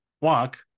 walk